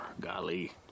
golly